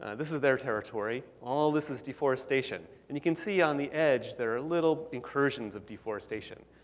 and this is their territory. all this is deforestation. and you can see on the edge, there are little incursions of deforestation.